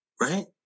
Right